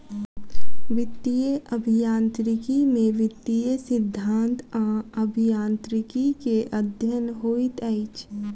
वित्तीय अभियांत्रिकी में वित्तीय सिद्धांत आ अभियांत्रिकी के अध्ययन होइत अछि